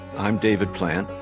i'm david plant.